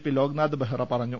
P Loknath Behera പറഞ്ഞു